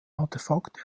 artefakte